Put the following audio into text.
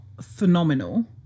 phenomenal